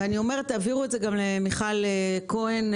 ותעבירו את זה גם למיכל כהן,